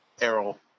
Errol